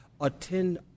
attend